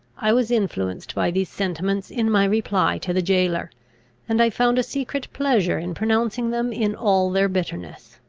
i was influenced by these sentiments in my reply to the jailor and i found a secret pleasure in pronouncing them in all their bitterness.